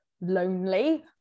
lonely